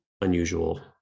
unusual